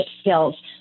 skills